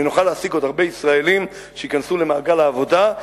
ונוכל להעסיק עוד הרבה ישראלים שייכנסו למעגל העבודה,